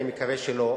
אני מקווה שלא,